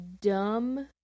dumb